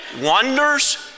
wonders